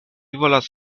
volas